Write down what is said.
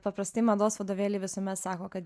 paprastai mados vadovėliai visuomet sako kad